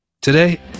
Today